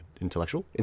Intellectual